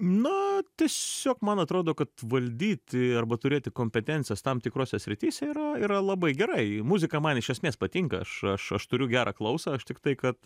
na tiesiog man atrodo kad valdyti arba turėti kompetencijos tam tikrose srityse yra yra labai gerai muzika man iš esmės patinka aš aš aš turiu gerą klausą aš tiktai kad